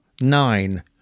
nine